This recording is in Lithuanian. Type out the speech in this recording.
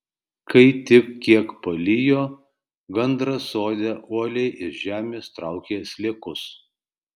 kai tik kiek palijo gandras sode uoliai iš žemės traukė sliekus